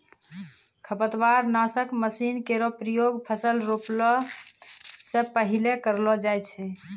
खरपतवार नासक मसीन केरो प्रयोग फसल रोपला सें पहिने करलो जाय छै